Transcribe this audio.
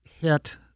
hit